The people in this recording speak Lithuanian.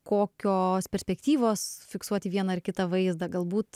kokios perspektyvos fiksuoti vieną ar kitą vaizdą galbūt